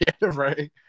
right